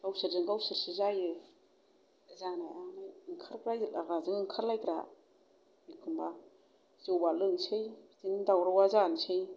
गावसोरजों गावसोरसो जायो जानायालाय ओंखारलायग्राजों ओंखारलायग्रा एखमब्ला जौवा लोंनोसै बिदिनो दावरावा जानोसै